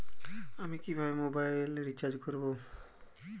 আমি কিভাবে mobile recharge করব?